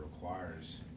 requires